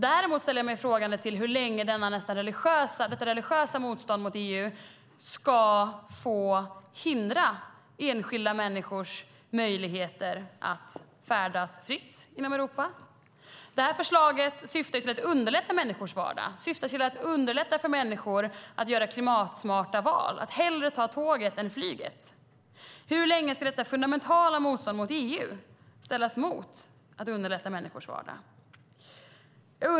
Däremot ställer jag mig frågande till hur länge detta nästan religiösa motstånd mot EU ska få hindra enskilda människors möjligheter att färdas fritt inom Europa. Det här förslaget syftar till att underlätta människors vardag, att underlätta för människor att göra klimatsmarta val, att hellre ta tåget än flyget. Hur länge ska detta fundamentala motstånd mot EU ställas mot att underlätta människors vardag?